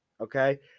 Okay